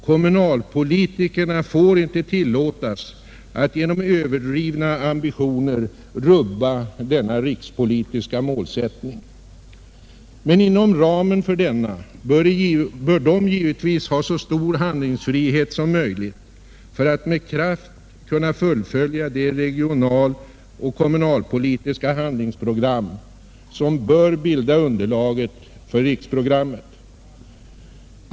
Kommunalpolitikerna får inte tillåtas att genom överdrivna ambitioner rubba denna rikspolitiska målsättning. Men inom ramen för denna bör de givetvis ha så stor handlingsfrihet som möjligt för att med kraft kunna fullfölja det regionaloch kommunalpolitiska handlingsprogram som bör bilda underlaget för riksprogrammet.